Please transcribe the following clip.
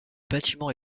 bâtiment